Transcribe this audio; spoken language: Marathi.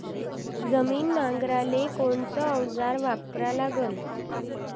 जमीन नांगराले कोनचं अवजार वापरा लागन?